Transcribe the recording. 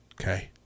okay